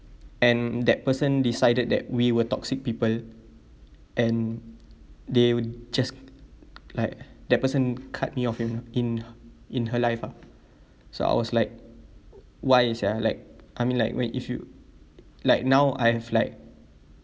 and that person decided that we were toxic people and they just like that person cut me off in in in her life ah so I was like why sia like I mean like when if you like now I have like